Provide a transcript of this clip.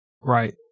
Right